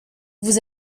vous